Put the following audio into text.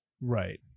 Right